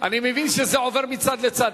אני מבין שזה עובר מצד לצד.